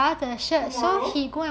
tomorrow